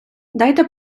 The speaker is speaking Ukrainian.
дайте